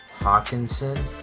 Hawkinson